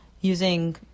using